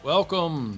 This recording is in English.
Welcome